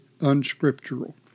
unscriptural